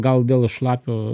gal dėl šlapio